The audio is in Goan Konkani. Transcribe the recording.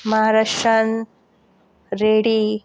महाराष्ट्रांत रेड्डी